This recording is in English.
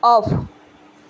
off